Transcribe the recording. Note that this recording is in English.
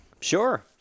Sure